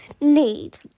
need